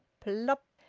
plupp!